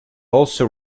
also